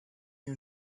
you